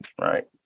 right